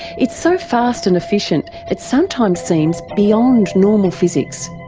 it's so fast and efficient, it sometimes seems beyond normal physics.